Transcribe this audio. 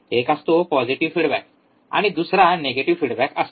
एक असतो positive feedback आणि दुसरा निगेटिव्ह फीडबॅक असतो